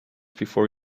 before